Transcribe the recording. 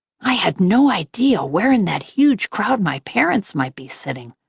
i had no idea where in that huge crowd my parents might be sitting.